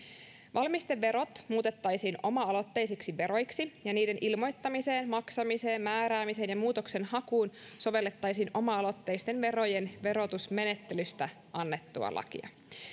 valmisteverot muutettaisiin oma aloitteisiksi veroiksi ja niiden ilmoittamiseen maksamiseen määräämiseen ja muutoksenhakuun sovellettaisiin oma aloitteisten verojen verotusmenettelystä annettua lakia